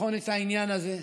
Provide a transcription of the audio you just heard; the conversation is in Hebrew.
לבחון את העניין הזה.